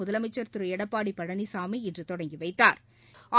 முதலமைச்சா் திரு எடப்பாடி பழனிசாமி இன்று தொடங்கி வைத்தாா்